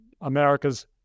America's